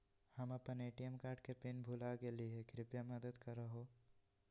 हम अप्पन ATM card के पिन भुला गेलिओ हे कृपया मदद कर हो